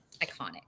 iconic